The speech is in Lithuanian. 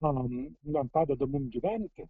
na na jam padeda mum gyventi